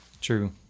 true